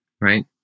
right